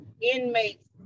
inmates